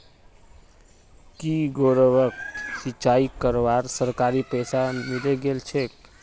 की गौरवक सिंचाई करवार सरकारी पैसा मिले गेल छेक